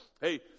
hey